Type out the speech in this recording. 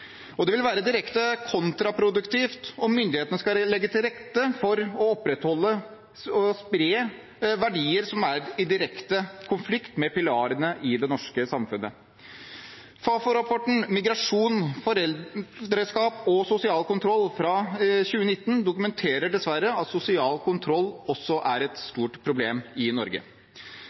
Og det vil være direkte kontraproduktivt om myndighetene skal legge til rette for å opprettholde og spre verdier som er i direkte konflikt med pilarene i det norske samfunnet. Fafo-rapporten «Migrasjon, foreldreskap og sosial kontroll» fra 2019 dokumenterer dessverre at sosial kontroll også er et stort problem i Norge.